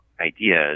ideas